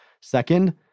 Second